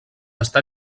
està